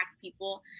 people